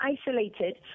isolated